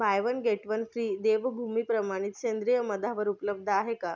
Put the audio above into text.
bye one get one free Devbhoomi प्रमाणित सेंद्रिय मधावर उपलब्ध आहे का